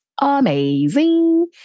amazing